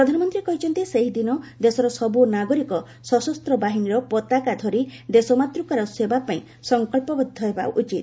ପ୍ରଧାନମନ୍ତ୍ରୀ କହିଛନ୍ତି ସେହିଦିନ ଦେଶର ସବ୍ ନାଗରିକ ସଶସ୍ତ ବାହିନୀର ପତାକା ଧରି ଦେଶମାତୃକାର ସେବା ପାଇଁ ସଂକଳ୍ପବଦ୍ଧ ହେବା ଉଚିତ